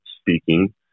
speaking